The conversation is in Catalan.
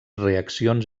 reaccions